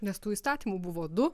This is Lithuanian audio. nes tų įstatymų buvo du